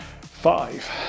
five